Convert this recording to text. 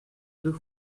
deux